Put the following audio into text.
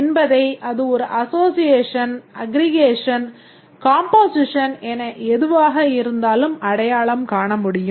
என்பதை அது ஒரு அசோசியேஷன் அக்ரிகேஷன் கம்போசிஷன் என எதுவாக இருந்தாலும் அடையாளம் காண முடியும்